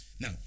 Now